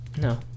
no